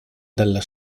dalla